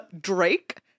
Drake